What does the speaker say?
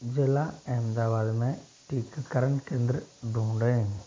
ज़िला अहमदाबाद में टीकाकरण केंद्र ढूँढें